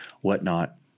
whatnot